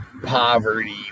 Poverty